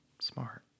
smart